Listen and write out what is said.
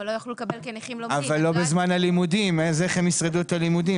אבל כנכה שהוא לא נכה לומד הוא יכול לקבל.